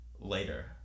later